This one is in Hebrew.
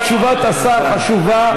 תשובת השר חשובה.